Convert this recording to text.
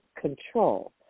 control